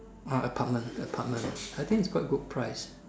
uh apartment apartment I think is quite good price